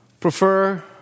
prefer